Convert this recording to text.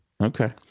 Okay